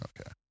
Okay